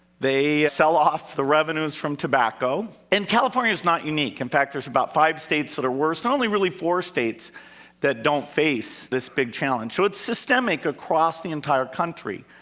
they sell off the revenues from tobacco. and california's not unique. in fact, there's about five states that are worse and only really four states that don't face this big challenge. so it's systemic across the entire country.